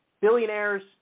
billionaires